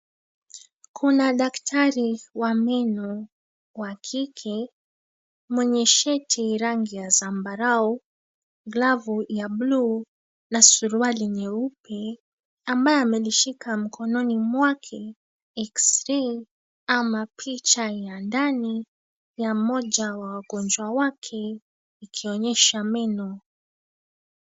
Kuna daktari wa meno wa kike mwenye shati rangi ya zambarau, glavu ya buluu na suruali nyeupe ambaye amelishika mkononi mwake x-ray ama picha ya ndani ya mmoja wa wagonjwa wake ikionyesha meno.